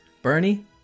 Bernie